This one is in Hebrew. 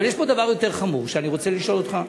אבל יש פה דבר יותר חמור שאני רוצה לשאול אותך,